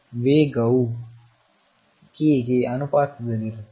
ವೇಗವು k ಗೆ ಅನುಪಾತದಲ್ಲಿರುತ್ತದೆ